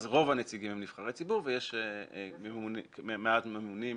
אז רוב הנציגים הם נבחרי ציבור ויש מעט ממונים מבחוץ.